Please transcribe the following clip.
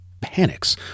panics